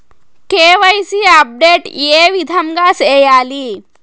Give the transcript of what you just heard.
KYC update ఏ విధంగా సేయాలి?